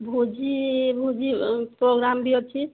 ଭୋଜି ଭୋଜି ପ୍ରୋଗ୍ରାମ୍ ବି ଅଛି